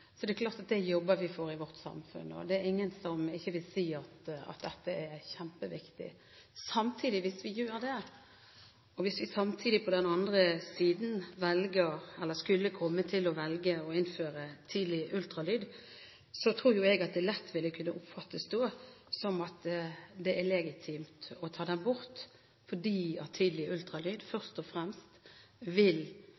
er det klart at vi jobber for det i vårt samfunn. Det er ingen som ikke vil si at dette er kjempeviktig. Hvis vi gjør det, og hvis vi samtidig skulle komme til å velge å innføre tidlig ultralyd, tror jeg det lett vil kunne oppfattes som at det er legitimt å ta barnet bort. Tidlig ultralyd,